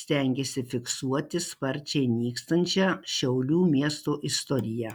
stengiasi fiksuoti sparčiai nykstančią šiaulių miesto istoriją